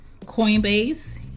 Coinbase